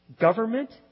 government